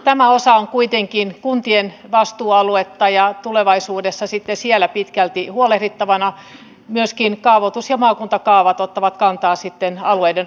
tämä osa on kuitenkin kuntien vastuualuetta ja tulevaisuudessa sitten siellä pitkälti huolehdittavana myöskin kaavoitus ja maakuntakaavat ottavat kantaa sitten alueiden rakentamisoikeuksiin